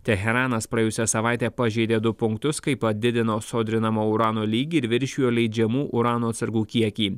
teheranas praėjusią savaitę pažeidė du punktus kai padidino sodrinamo urano lygį ir viršijo leidžiamų urano atsargų kiekį